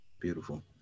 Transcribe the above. Beautiful